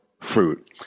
fruit